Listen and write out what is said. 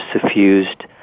suffused